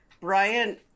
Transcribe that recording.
brian